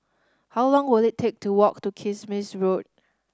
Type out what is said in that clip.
how long will it take to walk to Kismis Road